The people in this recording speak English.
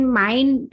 mind